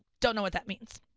don't know what that means.